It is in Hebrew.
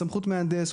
בסמכות מהנדס.